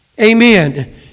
amen